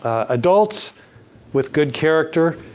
adults with good character.